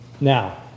Now